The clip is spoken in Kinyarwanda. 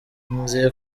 nizeye